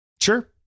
Sure